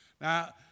Now